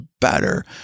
better